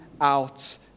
out